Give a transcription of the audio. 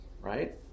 right